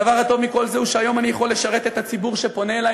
הדבר הטוב מכל זה הוא שהיום אני יכול לשרת את הציבור שפונה אלי